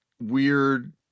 weird